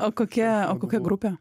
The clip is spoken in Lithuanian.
o kokia o kokia grupė